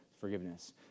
forgiveness